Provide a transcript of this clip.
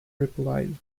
replied